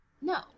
no